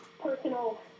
personal